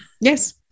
Yes